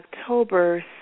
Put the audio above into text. October